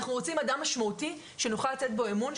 אנחנו רוצים אדם משמעותי שנוכל לתת בו אמון,